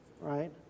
right